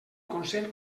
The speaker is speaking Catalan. consell